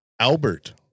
Albert